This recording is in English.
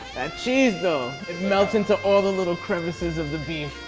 cheese though melt into all the little crevices of the beef.